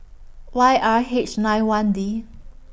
Y R H nine one D